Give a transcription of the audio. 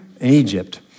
Egypt